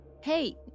Hey